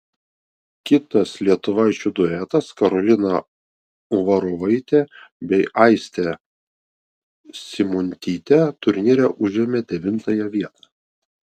kitas lietuvaičių duetas karolina uvarovaitė bei aistė simuntytė turnyre užėmė devintąją vietą